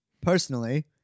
Personally